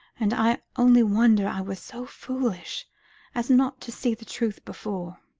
and i only wonder i was so foolish as not to see the truth before.